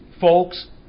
folks